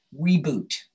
reboot